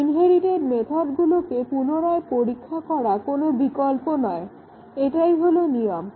inherited মেথডগুলোকে পুনরায় পরীক্ষা করা কোনো বিকল্প নয় এটাই হলো নিয়ম